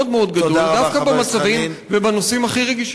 מאוד גדול דווקא במצבים ובנושאים הכי רגישים?